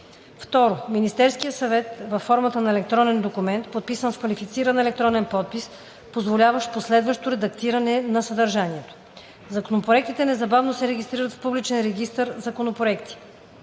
2. Министерския съвет във формата на електронен документ, подписан с квалифициран електронен подпис, позволяващ последващо редактиране на съдържанието. Законопроектите незабавно се регистрират в публичен регистър „Законопроекти“.